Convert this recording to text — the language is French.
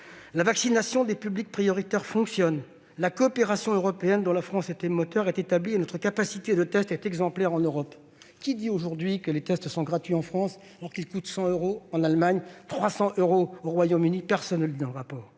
La vaccination des publics prioritaires fonctionne, la coopération européenne dont la France était moteur est établie et notre capacité de tests est exemplaire en Europe. Qui dit aujourd'hui que les tests sont gratuits en France, alors qu'ils coûtent 100 euros en Allemagne ou 300 euros au Royaume-Uni ? Le rapport